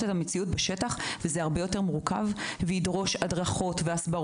את המציאות בשטח וזה הרבה יותר מורכב וידרוש הסברות